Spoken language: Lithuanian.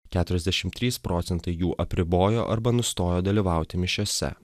keturiasdešim trys procentai jų apribojo arba nustojo dalyvauti mišiose